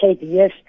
yes